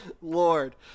Lord